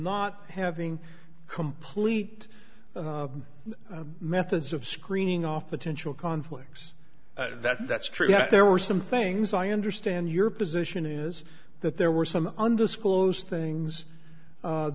not having complete methods of screening off potential conflicts that that's true there were some things i understand your position is that there were some undisclosed things